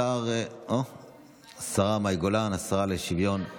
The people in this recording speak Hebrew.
השרה מאי גולן, השרה לשוויון מגדרי.